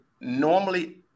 normally